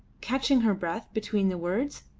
catching her breath between the words.